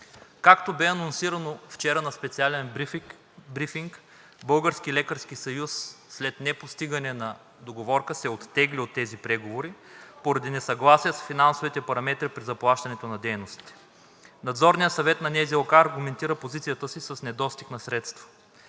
Както бе анонсирано вчера на специален брифинг, Българският лекарски съюз след непостигане на договорка се оттегли от тези преговори поради несъгласие с финансовите параметри при заплащането на дейности. Надзорният съвет на НЗОК аргументира позицията си с недостиг на средства.